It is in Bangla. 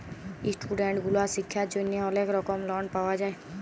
ইস্টুডেন্ট গুলার শিক্ষার জন্হে অলেক রকম লন পাওয়া যায়